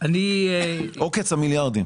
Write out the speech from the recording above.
עוקץ המיליארדים.